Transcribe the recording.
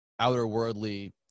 outerworldly